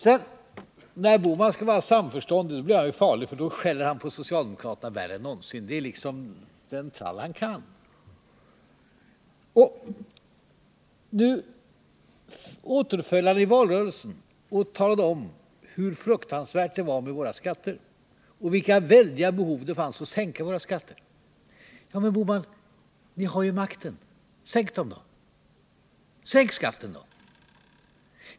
När herr Bohman skall visa samförstånd blir han farlig, för då skäller han på socialdemokraterna värre än någonsin. Det är liksom den trall han kan. Nu äterföll han i valrörelsen och talade om hur fruktansvärda skatterna är och vilka väldiga behov som finns av en skattesänkning. Men ni har ju makten, herr Bohman. Sänk skatterna.